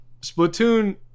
splatoon